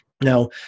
Now